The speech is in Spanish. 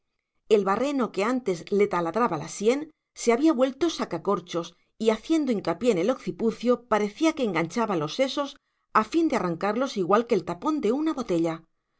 el barreno que antes le taladraba la sien se había vuelto sacacorchos y haciendo hincapié en el occipucio parecía que enganchaba los sesos a fin de arrancarlos igual que el tapón de una botella